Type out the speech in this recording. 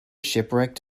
shipwrecked